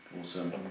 Awesome